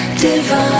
divine